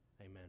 Amen